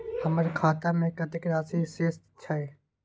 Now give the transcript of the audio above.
हमर खाता में कतेक राशि शेस छै?